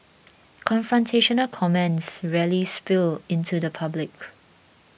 confrontational comments rarely spill into the public